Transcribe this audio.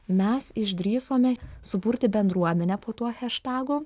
mes išdrįsome suburti bendruomenę po tuo heštagu